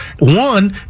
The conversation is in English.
One